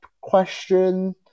question